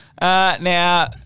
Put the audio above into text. Now